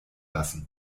lassen